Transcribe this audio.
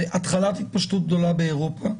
התחלת התפשטות גדולה באירופה.